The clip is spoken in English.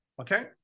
Okay